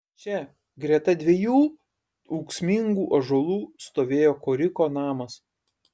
čia greta dviejų ūksmingų ąžuolų stovėjo koriko namas